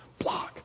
block